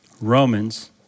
Romans